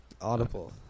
Audible